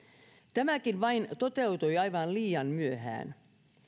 tämäkin vain toteutui aivan liian myöhään